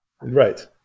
Right